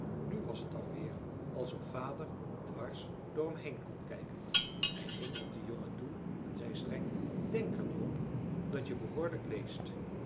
nu was het alweer alsof vader dwars door hem heen kon kijken hij ging op den jongen toe en zei streng denk er nu om dat je behoorlijk leest